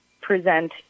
present